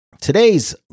Today's